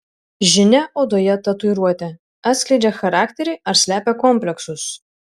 žinia odoje tatuiruotė atskleidžia charakterį ar slepia kompleksus